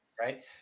Right